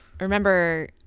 remember